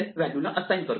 value ला assign करतो